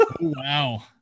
Wow